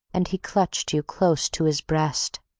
and he clutched you close to his breast.